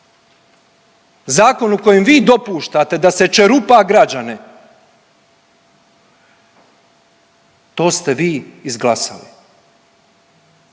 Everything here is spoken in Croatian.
Zakon u kojem vi dopuštate da se čerupa građane to ste vi izglasali